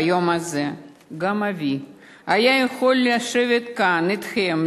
ביום הזה גם אבי היה יכול לשבת כאן אתכם,